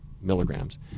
milligrams